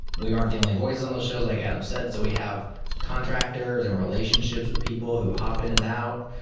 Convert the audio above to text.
we aren't the only voices on those shows, like adam said. so we have contractors and relationships with people who hop in and out,